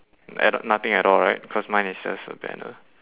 at nothing at all right cause mine is just a banner